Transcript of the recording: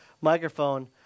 microphone